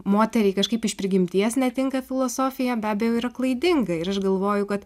moteriai kažkaip iš prigimties netinka filosofija be abejo yra klaidinga ir aš galvoju kad